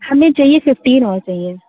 हमें चाहिए फिफ्टीन और चाहिए